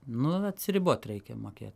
nu atsiribot reikia mokė